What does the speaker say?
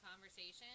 conversation